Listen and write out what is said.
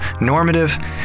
normative